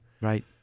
Right